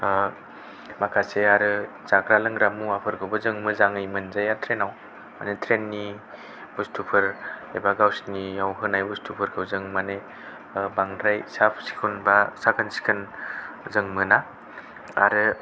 माखासे आरो जाग्रा लोंग्रा मुवाफोरखौबो जों मोजाङै मोनजाया ट्रैनाव माने ट्रैन नि बुस्तुफोर एबा गावसोरनियाव होनाय बुस्तुफोरखौ जों माने बांद्राय साब सिखुन बा साखोन सिखोन जों मोना आरो